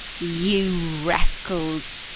you rascals!